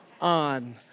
on